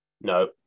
No